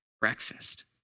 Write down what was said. breakfast